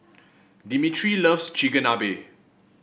Dimitri loves Chigenabe